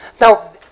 Now